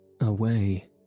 Away